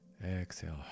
exhale